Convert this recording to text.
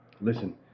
Listen